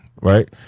right